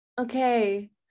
okay